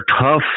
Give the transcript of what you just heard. tough